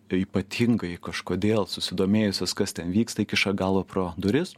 ypatingai kažkodėl susidomėjusios kas ten vyksta įkiša galvą pro duris